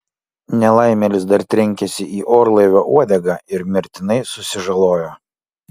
nelaimėlis dar trenkėsi į orlaivio uodegą ir mirtinai susižalojo